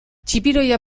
txipiroia